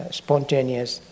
spontaneous